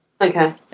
Okay